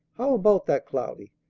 how about that, cloudy?